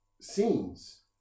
scenes